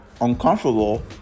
uncomfortable